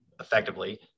effectively